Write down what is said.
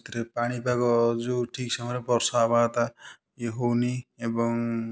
ସେଥିରେ ପାଣି ପାଗ ଯେଉଁ ଠିକ୍ ସମୟରେ ବର୍ଷା ହେବା କଥା ଇଏ ହେଉନି ଏବଂ